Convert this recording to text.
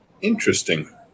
Interesting